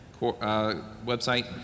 website